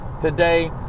today